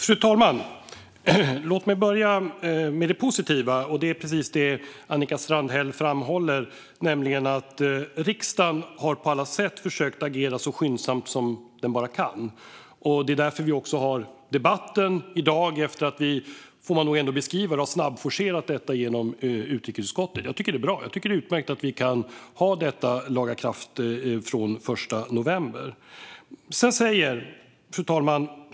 Fru talman! Låt mig börja med det positiva, och det är precis det som Annika Strandhäll framhåller, nämligen att riksdagen på alla sätt har försökt agera så skyndsamt som den bara kan. Vi har debatten i dag efter att vi har snabbforcerat detta - så får man nog ändå beskriva det - genom utrikesutskottet. Jag tycker att det är bra. Jag tycker att det är utmärkt att lagen kan träda i kraft den 1 november. Fru talman!